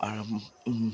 আৰু